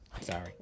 sorry